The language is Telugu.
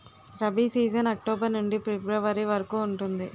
రబీ సీజన్ అక్టోబర్ నుండి ఫిబ్రవరి వరకు ఉంటుంది